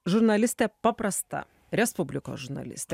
žurnalistė paprasta respublikos žurnalistė